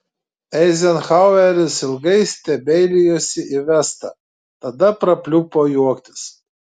eizenhaueris ilgai stebeilijosi į vestą tada prapliupo juoktis